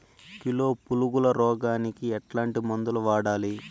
Kilo పులుగుల రోగానికి ఎట్లాంటి మందులు వాడాలి?